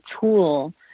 tool